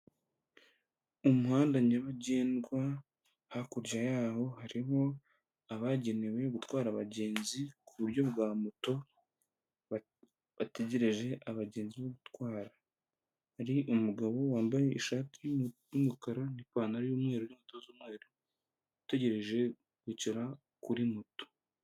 Umuhanda nyabagendwa hakurya yaho harimo abagenewe gutwara abagenzi ku buryo bwa moto, bategereje abagenzi bo gutwara. Hari umugabo wambaye ishati y'umukara n'ipantaro y'umweru n'inkweto z'umweru, utegereje kwicara kuri moto.